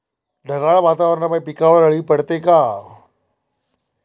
ढगाळ वातावरनापाई पिकावर अळी पडते का?